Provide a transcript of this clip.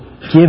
Give